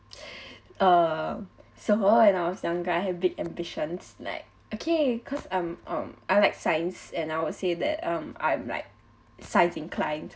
err so when I was younger I had big ambitions like okay cause I'm um I like science and I would say that um I'm like science inclined